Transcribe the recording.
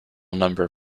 number